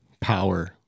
power